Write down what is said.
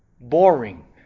boring